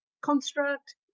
construct